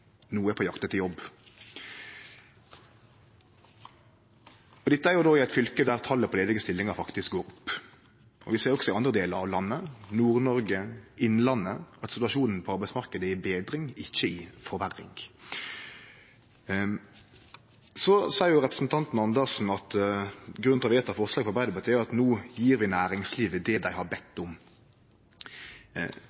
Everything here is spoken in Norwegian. no er på jakt etter jobb. Dette er i eit fylke der talet på ledige stillingar faktisk går opp. Vi ser også i andre delar av landet – Nord-Noreg, Innlandet – at situasjonen på arbeidsmarknaden er i betring, ikkje i forverring. Så seier representanten Dag Terje Andersen at grunnen til at vi vedtek forslaget frå Arbeidarpartiet, er at no gjev vi næringslivet det dei har